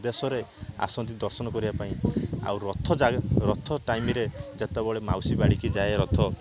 ଦେଶରେ ଆସନ୍ତି ଦର୍ଶନ କରିବା ପାଇଁ ଆଉ ରଥ ଯାଏ ରଥ ଟାଇମ୍ ରେ ଯେତେବେଳେ ମାଉସୀ ବାଡି଼କି ଯାଏ ରଥ